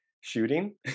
shooting